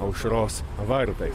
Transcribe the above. aušros vartai